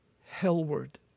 hellward